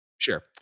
sure